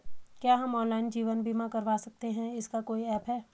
क्या हम ऑनलाइन जीवन बीमा करवा सकते हैं इसका कोई ऐप है?